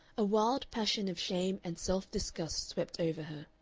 a wild passion of shame and self-disgust swept over her.